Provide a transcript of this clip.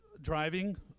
driving